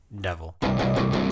devil